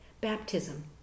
Baptism